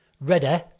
ready